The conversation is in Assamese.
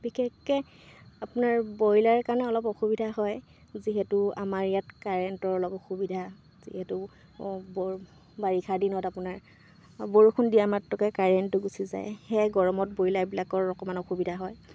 বিশেষকৈ আপোনাৰ ব্ৰইলাৰ কাৰণে অলপ অসুবিধা হয় যিহেতু আমাৰ ইয়াত কাৰেণ্টৰ অলপ অসুবিধা যিহেতু বৰ বাৰিষাৰ দিনত আপোনাৰ বৰষুণ দিয়াৰ মাত্ৰকে কাৰেণ্টটো গুচি যায় সেয়াই গৰমত ব্ৰয়লাৰবিলাকৰ অকণমান অসুবিধা হয়